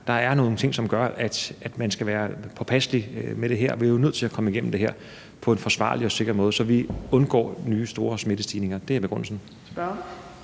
er nogle ting, som gør, at man skal være påpasselig med det her. Vi er jo nødt til at komme igennem det her på en forsvarlig og sikker måde, så vi undgår nye store smittestigninger. Det er begrundelsen.